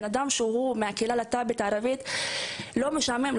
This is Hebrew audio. אדם מהקהילה הלהט״בית הערבית שנאלץ לצאת מהבית,